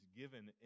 given